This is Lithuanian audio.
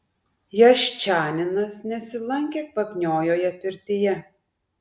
jaščaninas nesilankė kvapniojoje pirtyje